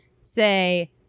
say